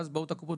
ואז באות הקופות,